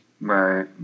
right